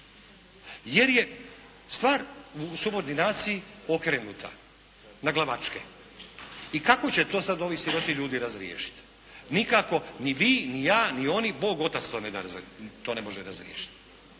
Jer je stvar u subordinaciji okrenuta naglavačke i kako će to sada ovi siroti ljudi razriješiti? Nikako. Ni vi, ni ja, ni oni, Bog otac to ne može razriješiti.